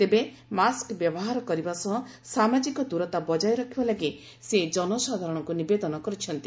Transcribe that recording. ତେବେ ମାସ୍କ ବ୍ୟବହାର କରିବା ସହ ସାମାଜିକ ଦୂରତା ବଜାୟ ରଖିବା ଲାଗି ସେ ଜନସାଧାରଣଙ୍କୁ ନିବେଦନ କରିଛନ୍ତି